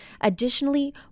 Additionally